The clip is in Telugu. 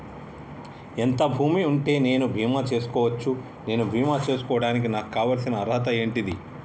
ఎంత భూమి ఉంటే నేను బీమా చేసుకోవచ్చు? నేను బీమా చేసుకోవడానికి నాకు కావాల్సిన అర్హత ఏంటిది?